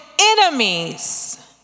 enemies